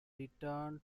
return